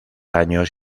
años